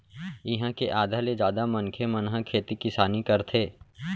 इहाँ के आधा ले जादा मनखे मन ह खेती किसानी करथे